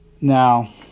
Now